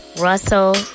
Russell